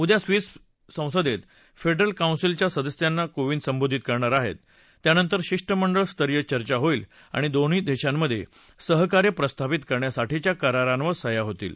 उद्या स्वीस संसदर्वफंडिरल कौन्सिलच्या सदस्यांना कोविंद संबोधित करणार आहेत त्यानंतर शिष्टमंडळ स्तरीय चर्चा होईल आणि दोन्ही दधीमधसिहकार्य प्रस्थापित करण्यासाठीच्या करारांवर सह्या होतील